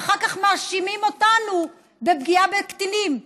ואחר כך מאשימים אותנו בפגיעה בקטינים.